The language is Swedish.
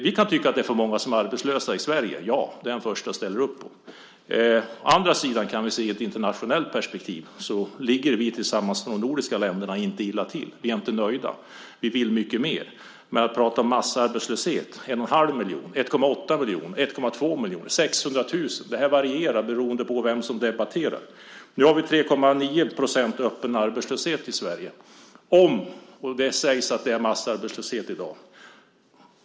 Vi kan tycka att det är för många som är arbetslösa i Sverige - ja, det är jag den första att ställa upp på. Å andra sidan kan vi se i ett internationellt perspektiv. Då ligger vi tillsammans med de nordiska länderna inte illa till. Vi är inte nöjda - vi vill mycket mer. Men man pratar om massarbetslöshet. 1 1⁄2 miljon, 1,8 miljoner, 1,2 miljoner, 600 000 - det varierar beroende på vem som debatterar. Nu har vi 3,9 % öppen arbetslöshet i Sverige, och det sägs att det är massarbetslöshet i dag.